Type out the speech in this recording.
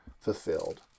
fulfilled